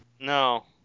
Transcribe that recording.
No